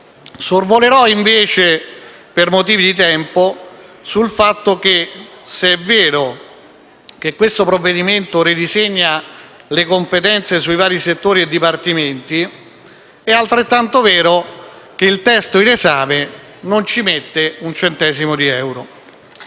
Sorvolerò invece per motivi di tempo sul fatto che se è vero che questo provvedimento ridisegna le competenze sui vari settori e dipartimenti, è altrettanto vero che il testo in esame non ci mette un centesimo di euro.